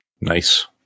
Nice